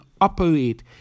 operate